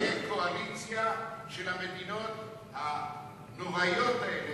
קואליציה של המדינות הנוראיות האלה,